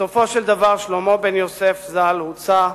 בסופו של דבר שלמה בן-יוסף ז"ל הוצא,